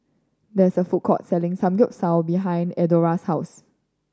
there is a food court selling Samgeyopsal behind Eldora's house